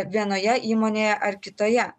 vienoje įmonėje ar kitoje